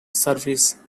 service